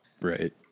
Right